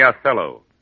Othello